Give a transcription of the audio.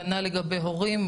כנ"ל לגבי הורים,